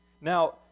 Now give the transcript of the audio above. Now